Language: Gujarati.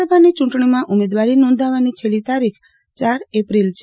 લોકસભાની ચૂંટણીમાં ઉમેદવારી નોંધાવવાની છેલ્લી તારીખ ચાર એપ્રિલ છે